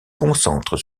concentre